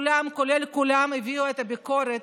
כולם כולל כולם הביעו את הביקורת,